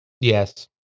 Yes